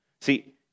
See